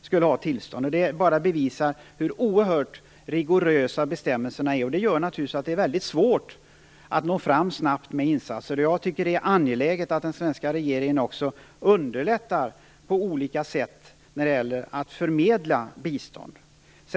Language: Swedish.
skulle ha tillstånd. Det bevisar bara hur oerhört rigorösa bestämmelserna är. Det gör naturligtvis att det är väldigt svårt att snabbt nå fram med insatser. Jag tycker att det är angeläget att den svenska regeringen också på olika sätt underlättar för förmedling av bistånd.